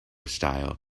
style